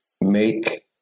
make